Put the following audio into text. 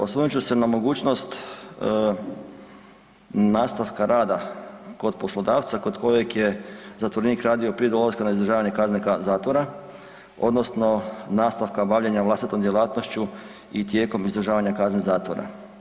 Osvrnut ću se na mogućnost nastavka rada kod poslodavca kod kojeg je zatvorenik radio prije dolaska na izdržavanje kazne zatvora odnosno nastavka bavljenja vlastitom djelatnošću i tijekom izdržavanja kazne zatvora.